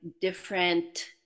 Different